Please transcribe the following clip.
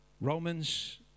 Romans